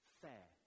fair